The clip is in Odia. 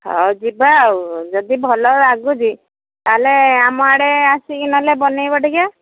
ହଉ ଯିବା ଆଉ ଯଦି ଭଲ ଲାଗୁଛି ତାହେଲେ ଆମ ଆଡ଼େ ଆସିକି ହେଲେ ବନେଇବ ଟିକେ